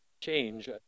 change